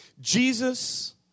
Jesus